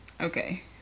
Okay